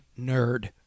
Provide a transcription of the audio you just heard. nerd